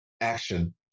action